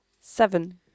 Seven